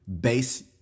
base